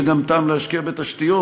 יהיה גם טעם להשקיע בתשתיות,